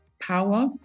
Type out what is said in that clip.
Power